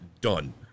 done